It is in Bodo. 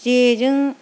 जेजों